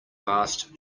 fast